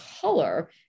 color